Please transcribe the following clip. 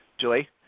Julie